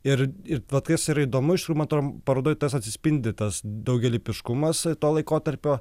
ir ir vat kas yra įdomu iš kur matom parodoj tas atsispindi tas daugialypiškumas to laikotarpio